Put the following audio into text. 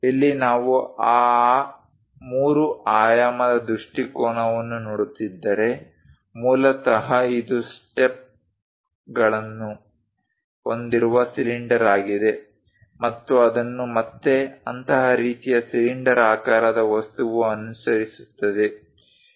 ಇಲ್ಲಿ ನಾವು ಆ 3 ಆಯಾಮದ ದೃಷ್ಟಿಕೋನವನ್ನು ನೋಡುತ್ತಿದ್ದರೆ ಮೂಲತಃ ಇದು ಸ್ಟೆಪ್ಗಳನ್ನು ಹೊಂದಿರುವ ಸಿಲಿಂಡರ್ ಆಗಿದೆ ಮತ್ತು ಅದನ್ನು ಮತ್ತೆ ಅಂತಹ ರೀತಿಯ ಸಿಲಿಂಡರ್ ಆಕಾರದ ವಸ್ತುವು ಅನುಸರಿಸುತ್ತದೆ